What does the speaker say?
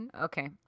Okay